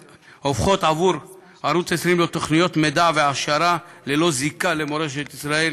עבור ערוץ 20 להיות תוכניות מידע והעשרה ללא זיקה למורשת ישראל.